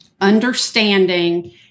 understanding